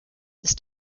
ist